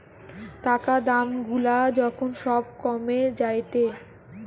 টাকা দাম গুলা যখন সব কমে যায়েটে